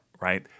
right